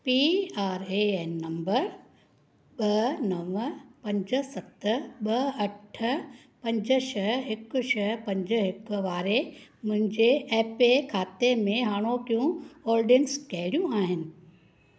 P R A N number ॿ नव पंज सत ॿ अठ पंज छह हिकु छह पंज हिकु वारे मुंहिंजे ए पे ए खाते में हाणोकियूं होल्डिंग्स कहिड़ियूं आहिनि